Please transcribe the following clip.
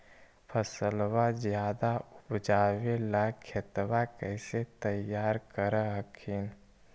फसलबा ज्यादा उपजाबे ला खेतबा कैसे तैयार कर हखिन?